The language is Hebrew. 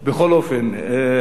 בכל אופן,